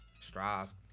strive